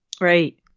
Right